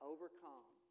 Overcome